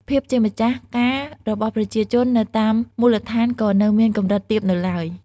ភាពជាម្ចាស់ការរបស់ប្រជាជននៅតាមមូលដ្ឋានក៏នៅមានកម្រិតទាបនៅឡើយ។